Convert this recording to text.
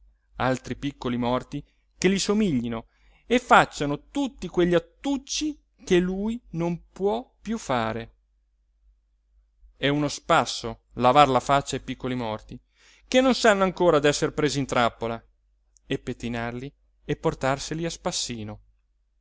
altri piccoli morti che gli somiglino e facciano tutti quegli attucci che lui non può più fare è uno spasso lavar la faccia ai piccoli morti che non sanno ancora d'esser presi in trappola e pettinarli e portarseli a spassino